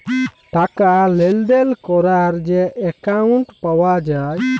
টাকা লেলদেল ক্যরার যে একাউল্ট পাউয়া যায়